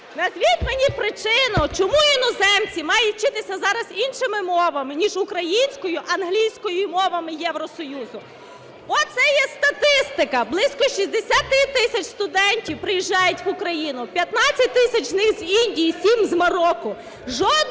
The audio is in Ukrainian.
Назвіть мені причину, чому іноземці мають вчитися зараз іншими мовами ніж українською, англійкою і мовами Євросоюзу. Оце є статистика. Близько 600 тисяч студентів приїжджають в Україну, 15 тисяч з них з Індії, 7 з Марокко.